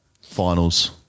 finals